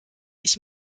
ich